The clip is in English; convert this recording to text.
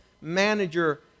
manager